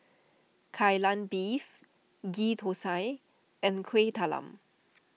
Kai Lan Beef Ghee Thosai and Kueh Talam